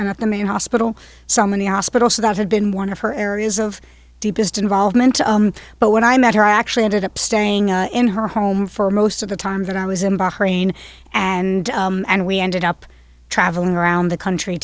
and at the main hospital some of the hospital so that had been one of her areas of deepest involvement but when i met her i actually ended up staying in her home for most of the time that i was in bahrain and and we ended up traveling around the country